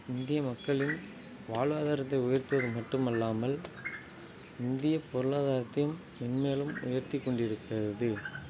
இந்திய மக்களின் வாழ்வாதாரத்தை உயர்த்துவது மட்டும் அல்லாமல் இந்தியப் பொருளாதாரத்தையும் மென்மேலும் உயர்த்திக் கொண்டிருக்கிறது